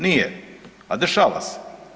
Nije, a dešava se.